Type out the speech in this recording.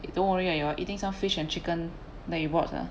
you don't worry ah you are eating some fish and chicken that brought ah